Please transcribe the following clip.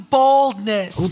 boldness